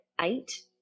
eight